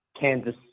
Kansas